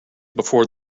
before